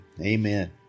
Amen